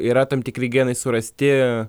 yra tam tikri genai surasti